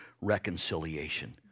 reconciliation